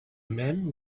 man